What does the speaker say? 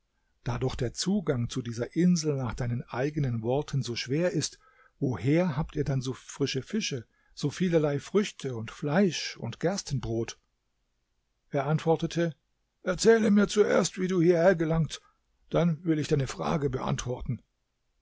da doch der zugang zu dieser insel nach deinen eigenen worten so schwer ist woher habt ihr denn so frische fische so vielerlei früchte und fleisch und gerstenbrot er antwortete erzähle mir zuerst wie du hierher gelangt dann will ich deine frage beantworten